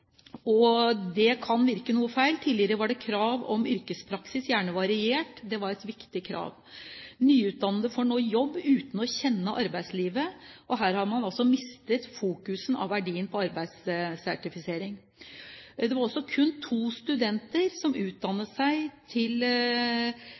Tidligere var det krav om yrkespraksis, gjerne variert – det var et viktig krav. Nyutdannede får nå jobb uten å kjenne arbeidslivet, og her har man altså mistet fokus når det gjelder verdien av arbeidssertifisering. Det var kun to norske studenter som